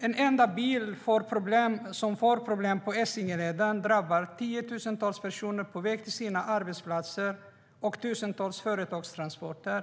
En enda bil som får problem på Essingeleden drabbar tiotusentals personer på väg till sina arbetsplatser och tusentals företagstransporter.